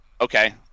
Okay